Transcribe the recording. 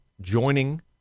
joining